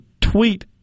tweet